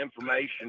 information